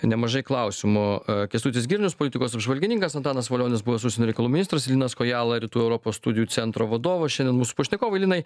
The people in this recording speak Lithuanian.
nemažai klausimų kęstutis girnius politikos apžvalgininkas antanas valionis buvęs užsienio reikalų ministras ir linas kojala rytų europos studijų centro vadovas šiandien mūsų pašnekovai linai